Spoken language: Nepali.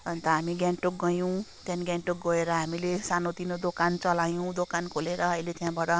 अन्त हामी गान्तोक गयौँ त्यहाँदेखि गान्तोक गएर हामीले सानो तिनो दोकान चलायौँ दोकान खोलेर अहिले त्यहाँबाट